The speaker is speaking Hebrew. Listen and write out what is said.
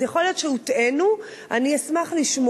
אז יכול להיות שהוטעינו, אני אשמח לשמוע.